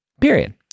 Period